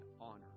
honor